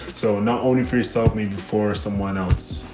so not only for yourself, maybe before someone else.